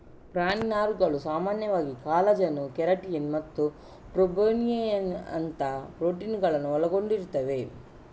ಪ್ರಾಣಿ ನಾರುಗಳು ಸಾಮಾನ್ಯವಾಗಿ ಕಾಲಜನ್, ಕೆರಾಟಿನ್ ಮತ್ತು ಫೈಬ್ರೊಯಿನ್ನಿನಂತಹ ಪ್ರೋಟೀನುಗಳನ್ನು ಒಳಗೊಂಡಿರುತ್ತವೆ